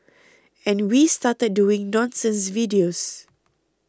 and we started doing nonsense videos